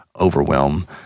overwhelm